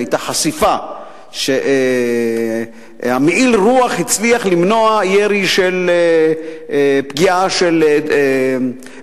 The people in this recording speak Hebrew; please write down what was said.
היתה חשיפה ש"מעיל רוח" הצליח למנוע פגיעה של אר.פי.ג'י.,